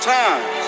times